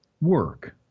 work